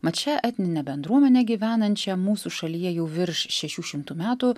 mat šią etninę bendruomenę gyvenančią mūsų šalyje jau virš šešių šimtų metų